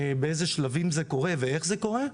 באיזה שלבים זה קורה ואיך זה קורה.